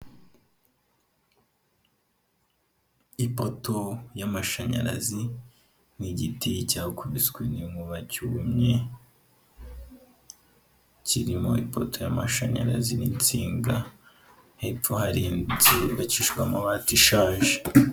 Ipoto y'amashanyarazi n'igiti cyakubiswe n'inkuba cyumye, kirimo ipoto y'amashanyarazi n'insinga, hepfo hari inzu yubakishijwe amabati ishaje.